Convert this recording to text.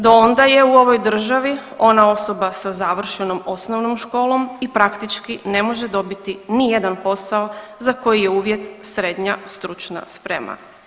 Do onda je u ovoj državi ona osoba sa završenom osnovnom školom i praktički ne može dobiti ni jedan posao za koji je uvjet srednja stručna sprema.